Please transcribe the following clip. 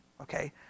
okay